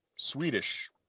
Swedish